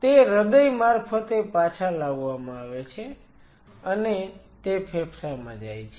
તે હૃદય મારફતે પાછા લાવવામાં આવે છે અને તે ફેફસામાં જાય છે